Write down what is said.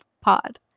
pod